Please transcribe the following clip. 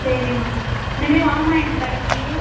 சரிம்மா இனிமே வாம்மா எங்கள் கடைக்கு